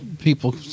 people